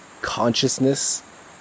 consciousness